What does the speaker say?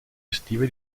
estive